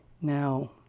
now